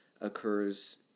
occurs